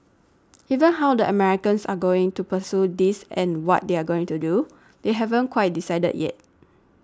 even how the Americans are going to pursue this and what they're going to do they haven't quite decided yet